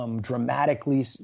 Dramatically